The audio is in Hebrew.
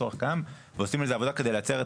הצורך קיים ועושים על זה עבודה כדי לייצר את